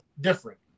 different